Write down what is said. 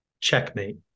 checkmate